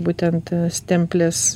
būtent stemplės